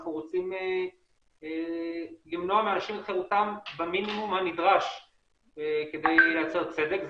אנחנו רוצים למנוע מאנשים את חירותם במינימום הנדרש כדי לעשות צדק.